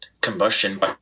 combustion